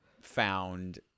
found